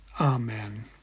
Amen